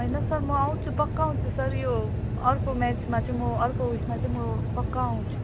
होइन सर म आउँछु पक्का आउँछु सर यो अर्को म्याचमा चाहिँ म अर्को उयसमा चाहिँ म पक्का आउँछु